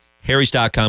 Harrys.com